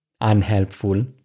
unhelpful